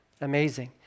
Amazing